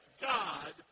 God